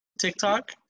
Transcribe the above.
TikTok